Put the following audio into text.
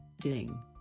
ding